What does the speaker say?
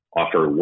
offer